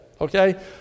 Okay